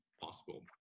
possible